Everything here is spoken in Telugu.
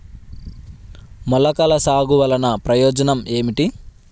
మొలకల సాగు వలన ప్రయోజనం ఏమిటీ?